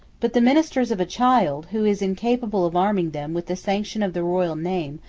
but the ministers of a child, who is incapable of arming them with the sanction of the royal name,